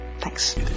Thanks